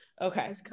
okay